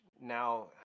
now